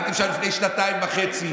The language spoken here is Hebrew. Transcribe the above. הייתם שם לפני שנתיים וחצי,